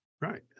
right